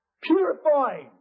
Purifying